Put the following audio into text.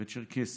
צ'רקסים,